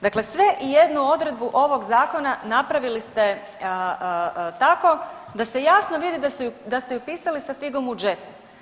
Dakle, sve ijednu odredbu ovog zakona napravili ste tako da se jasno vidi da ste je pisali sa figom u džepu.